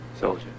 soldier